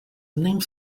name